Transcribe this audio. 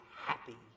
happy